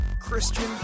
Christian